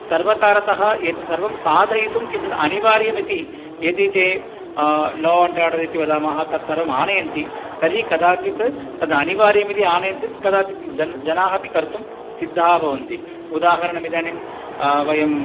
सर्वकारतः यत् सर्वं साधयितुं किञ्चित् अनिवार्यमिति यदि ते ला अण्ड् आर्डर् इति वदामः तत् सर्वम् आनयन्ति तर्हि कदाचित् तद् अनिवार्यमिति आनयञ्चित् कदाचित् जन् जनाः अपि कर्तुं सिद्धाः भवन्ति उदाहरणमिदानीं वयम्